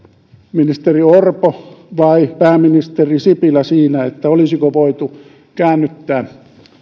ministeri orpo vai pääministeri sipilä siinä olisiko voitu käännyttää